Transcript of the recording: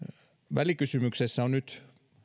välikysymyksessä on nyt